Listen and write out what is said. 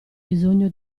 bisogno